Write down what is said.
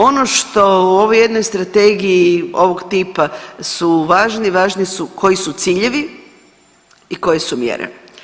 Ono što u ovoj jednoj strategiji ovog tipa su važni, važni su koji su ciljevi i koje su mjere.